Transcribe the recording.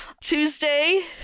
Tuesday